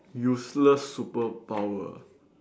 useless superpower